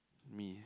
me